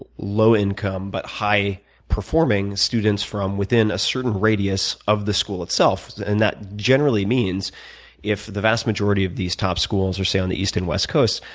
low income, but high performing students from within a certain radius of the school itself, and that generally means if the vast majority of these top schools are say in the east and west coasts,